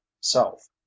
self